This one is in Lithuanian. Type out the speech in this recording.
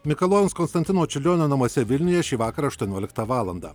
mikalojaus konstantino čiurlionio namuose vilniuje šįvakar aštuonioliktą valandą